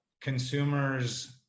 consumers